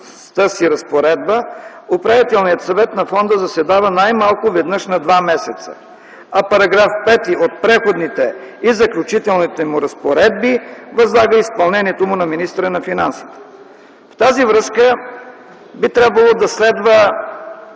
си разпоредба, управителният съвет на фонда заседава най-малко веднъж на два месеца, а § 5 от Преходните и заключителните му разпоредби възлага изпълнението му на министъра на финансите. В тази връзка би трябвало да следва